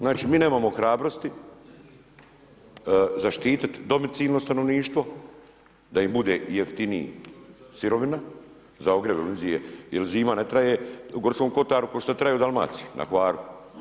Znači mi nemamo hrabrosti zaštititi domicilno stanovništvo da im bude jeftinija sirovina za ogrjev, jel zima ne traje u Gorskom kotaru ko što traje u Dalmaciji na Hvaru.